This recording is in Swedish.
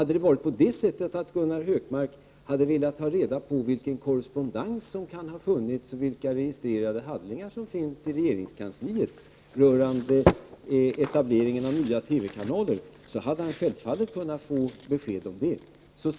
1988/89:122 Hade Gunnar Hökmark frågat vilken korrespondens som kan finnas och 26 maj 1989 vilka registrerade handlingar som kan finnas i regeringskansliet rörande Om ägarkonstruktion etableringen av nya TV-kanaler hade han självfallet kunnat få besked om é S z E s oc A enien framtida tredje det.